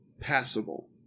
passable